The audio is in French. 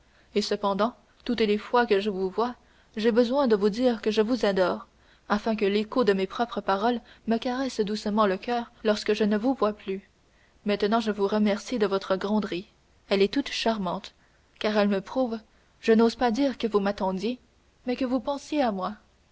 et cependant toutes les fois que je vous vois j'ai besoin de vous dire que je vous adore afin que l'écho de mes propres paroles me caresse doucement le coeur lorsque je ne vous vois plus maintenant je vous remercie de votre gronderie elle est toute charmante car elle me prouve je n'ose pas dire que vous m'attendiez mais que vous pensiez à moi